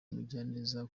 mugiraneza